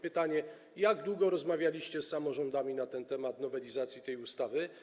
Pytanie: Jak długo rozmawialiście z samorządami na temat nowelizacji tej ustawy?